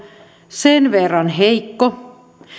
sen verran heikko